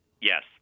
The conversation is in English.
Yes